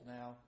now